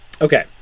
okay